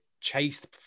chased